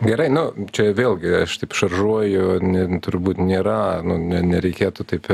gerai nu čia vėlgi aš taip šaržuoju ne turbūt nėra nereikėtų taip